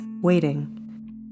waiting